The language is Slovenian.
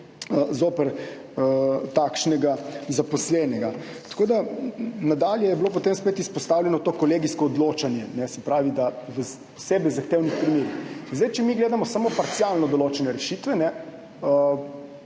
zoper takšnega zaposlenega. Nadalje je bilo potem spet izpostavljeno to kolegijsko odločanje, se pravi v posebej zahtevnih primerih. Zdaj, če mi gledamo samo parcialno določene rešitve,